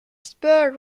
spur